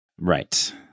Right